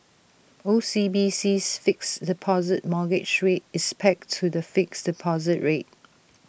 OCBC's fixed deposit mortgage rate is pegged to the fixed deposit rate